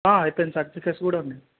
అయిపోయింది సర్టిఫికెట్స్ కూడా ఉన్నాయి